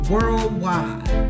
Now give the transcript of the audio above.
Worldwide